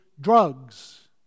drugs